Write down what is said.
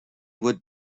would